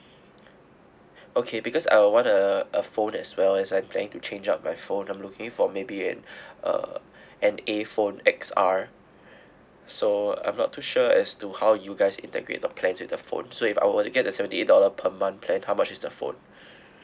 okay because I want a a phone as well as I planning to change up my phone I'm looking for maybe an uh an a phone X_R so I'm not too sure as to how you guys integrate the plan with the phone so if I will to get a seventy eight dollar per month plan how much is the phone